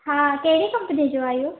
हा कहिड़ी कंपनी जो आहे इहो